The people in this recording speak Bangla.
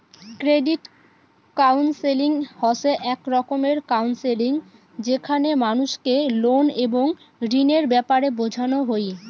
ক্রেডিট কাউন্সেলিং হসে এক রকমের কাউন্সেলিং যেখানে মানুষকে লোন এবং ঋণের ব্যাপারে বোঝানো হই